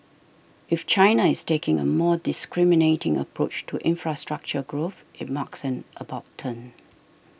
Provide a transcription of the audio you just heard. if China is taking a more discriminating approach to infrastructure growth it marks an about turn